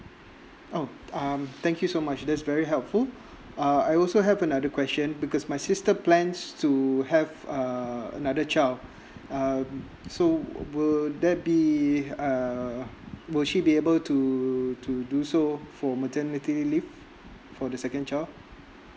oh um thank you so much that's very helpful uh I also have another question because my sister plans to have uh another child um so will there be uh will she be able to to do so for maternity leave for the second child